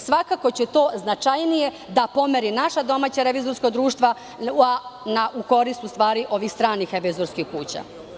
Svakako to će značajnije da pomeri naša domaća revizorska društva u korist ovih stranih revizorskih kuća.